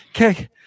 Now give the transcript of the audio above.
okay